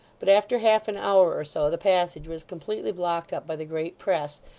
but after half an hour or so, the passage was completely blocked up by the great press,